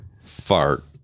fart